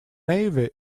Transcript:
navy